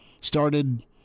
started